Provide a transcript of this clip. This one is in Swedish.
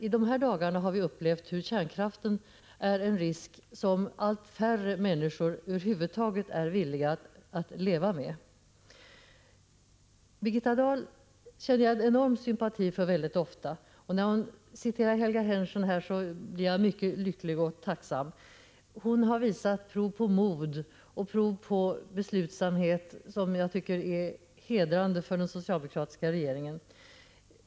I dessa dagar har vi dock upplevt att kärnkraften är en risk som allt färre människor är villiga att över huvud taget leva med. Jag känner mycket ofta en enorm sympati för Birgitta Dahl. När hon här citerade Helga Henschen blev jag mycket lycklig och tacksam. Birgitta Dahl har visat prov på mod och beslutsamhet som jag tycker är hedrande för den socialdemokratiska regeringen.